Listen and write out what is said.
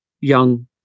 young